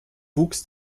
wuchs